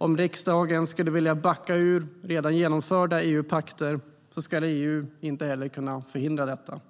Om riksdagen skulle vilja backa ur redan genomförda EU-pakter ska EU inte heller kunna förhindra detta.